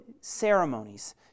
ceremonies